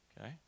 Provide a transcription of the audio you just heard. Okay